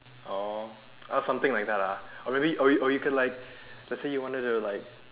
oh or something like that lah or maybe or we or we can like let's say you wanted to like